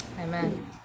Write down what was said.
amen